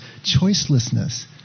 choicelessness